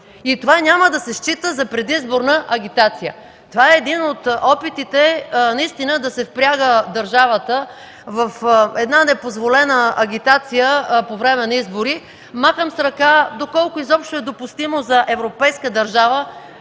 и това няма да се счита за предизборна агитация. Това е един от опитите наистина да се впряга държавата в непозволена агитация по време на избори. Махам с ръка доколко изобщо е допустимо за европейска държава